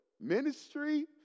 Ministry